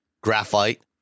graphite